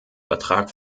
vertrag